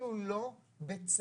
אפילו לא בצה"ל.